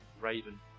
Raven